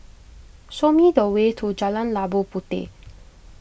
show me the way to Jalan Labu Puteh